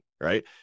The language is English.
Right